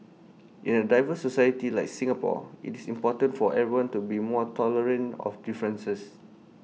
in A diverse society like Singapore IT is important for everyone to be more tolerant of differences